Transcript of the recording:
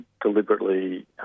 deliberately